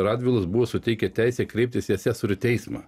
radvilos buvo suteikę teisę kreiptis į asesorių teismą